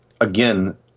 again